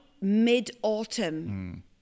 mid-autumn